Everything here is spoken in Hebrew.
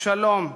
שלום,